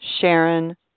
Sharon